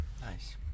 Nice